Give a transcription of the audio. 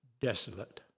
desolate